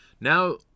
Now